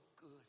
good